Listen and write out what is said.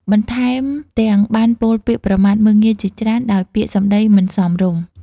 បន្ថែមទាំងបានពោលពាក្យប្រមាថមើលងាយជាច្រើន ដោយពាក្យសម្ដីមិនសមរម្យ។